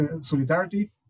solidarity